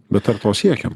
bet ar to siekiam